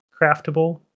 craftable